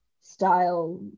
style